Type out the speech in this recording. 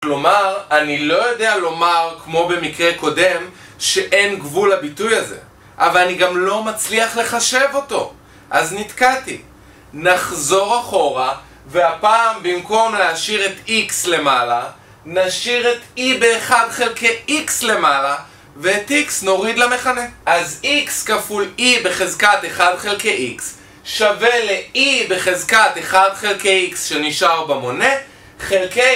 כלומר, אני לא יודע לומר, כמו במקרה קודם, שאין גבול לביטוי הזה ,אבל אני גם לא מצליח לחשב אותו. אז נתקעתי. נחזור אחורה, והפעם במקום להשאיר את X למעלה נשאיר את E ב-1 חלקי X למעלה ואת X נוריד למחנה אז X כפול E בחזקת 1 חלקי X שווה ל-E בחזקת 1 חלקי X שנשאר במונה חלקי...